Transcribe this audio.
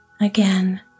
Again